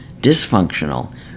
dysfunctional